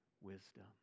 wisdom